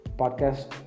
podcast